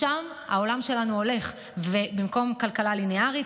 לשם העולם שלנו הולך, במקום כלכלה ליניארית.